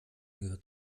gehört